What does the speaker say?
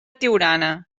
tiurana